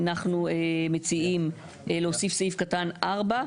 אנחנו מציעים להוסיף סעיף קטן (4),